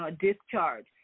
discharge